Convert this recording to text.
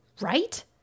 Right